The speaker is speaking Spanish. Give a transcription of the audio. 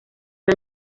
dan